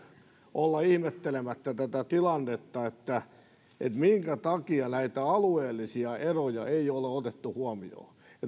olla ihmettelemättä tätä tilannetta minkä takia näitä alueellisia eroja ei ole ole otettu huomioon